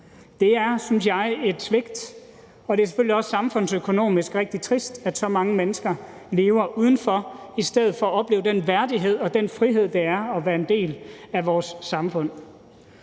jeg, et svigt, og det er selvfølgelig også samfundsøkonomisk rigtig trist, at så mange mennesker lever udenfor i stedet for at opleve den værdighed og den frihed, det er at være en del af vores samfund.